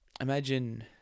imagine